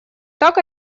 так